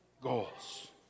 goals